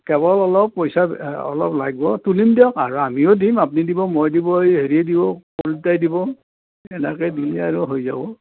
কেৱল অলপ পইচা অলপ লাগিব তুলিম দিয়ক আৰু আমিও দিম আপুনি দিব মই দিব এই হেৰিয়ে দিব প্ৰদীপ দায়ে দিব এনেকৈ দিলে আৰু হৈ যাব